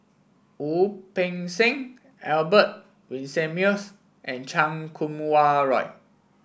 Wu Peng Seng Albert Winsemius and Chan Kum Wah Roy